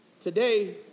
Today